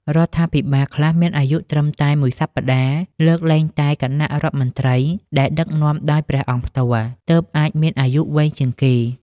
រដ្ឋាភិបាលខ្លះមានអាយុត្រឹមតែមួយសប្ដាហ៍ លើកលែងតែគណៈរដ្ឋមន្ត្រីដែលដឹកនាំដោយព្រះអង្គផ្ទាល់ ទើបអាចមានអាយុវែងជាងគេ។